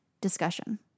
discussion